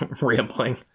rambling